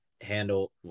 handle